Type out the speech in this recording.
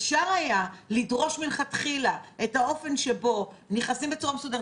אפשר היה לדרוש מלכתחילה אופן כניסה מסודר,